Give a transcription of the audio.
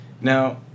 Now